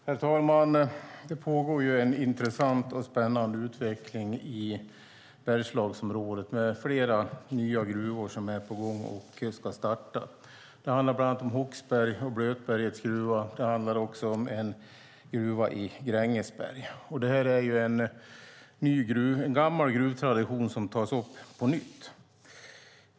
Herr talman! Det pågår en intressant och spännande utveckling i Bergslagsområdet med flera nya gruvor som är på gång att starta. Det handlar bland annat om Håksbergs och Blötbergets gruvor. Det handlar också om en gruva i Grängesberg. Detta handlar om en gammal gruvtradition som tas upp på nytt.